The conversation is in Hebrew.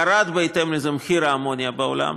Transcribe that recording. ירד בהתאם לזה מחיר האמוניה בעולם,